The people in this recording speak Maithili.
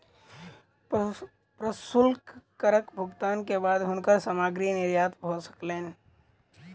प्रशुल्क करक भुगतान के बाद हुनकर सामग्री निर्यात भ सकलैन